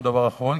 והוא הדבר האחרון,